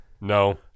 No